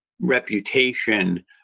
reputation